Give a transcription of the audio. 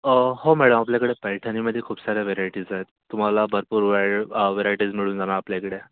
हो मॅडम आपल्याकडे पैठणीमध्ये खूप साऱ्या व्हरायटीज आहेत तुम्हाला भरपूर वैर व्हरायटीज मिळून जाणार आपल्याकडे